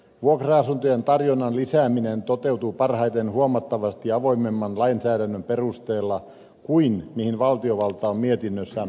vuokra asuntojen tarjonnan lisääminen toteutuu parhaiten huomattavasti avoimemman lainsäädännön perusteella kuin mihin valtiovalta on mietinnössään päätynyt